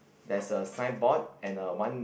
there's a signboard and a one